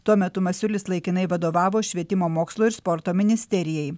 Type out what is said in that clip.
tuo metu masiulis laikinai vadovavo švietimo mokslo ir sporto ministerijai